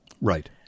Right